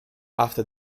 after